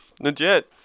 Legit